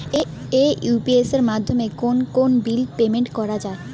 AEPS মাধ্যমে কোন কোন বিল পেমেন্ট করা যায়?